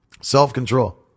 Self-control